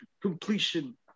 completion